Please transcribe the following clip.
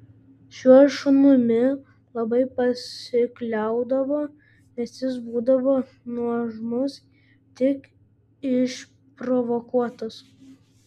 šiuo šunimi labai pasikliaudavo nes jis būdavo nuožmus tik išprovokuotas